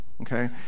okay